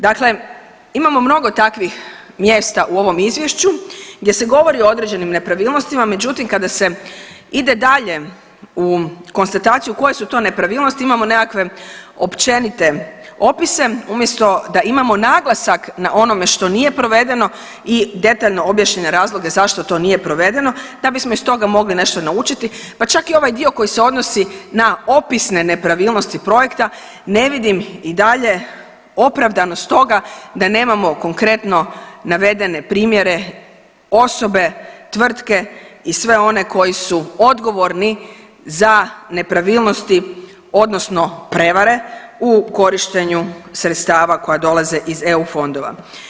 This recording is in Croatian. Dakle, imamo mnogo takvih mjesta u ovom Izvješću gdje se govori o određenim nepravilnostima, međutim, kada se ide dalje u konstataciju koje su to nepravilnosti, imamo nekakve općenite opise umjesto da imamo naglasak na onome što nije provedeno i detaljno objašnjene razloge zašto to nije provedeno da bismo iz toga mogli nešto naučiti, pa čak i ovaj dio koji se odnosi na opisne nepravilnosti projekta, ne vidim i dalje opravdanost toga da nemamo konkretno navedene primjere osobe, tvrtke i sve one koji su odgovorni za nepravilnosti odnosno prevare u korištenju sredstava koja dolaze iz EU fondova.